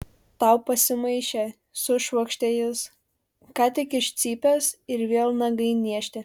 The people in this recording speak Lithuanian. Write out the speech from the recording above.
tau pasimaišė sušvokštė jis ką tik iš cypęs ir vėl nagai niežti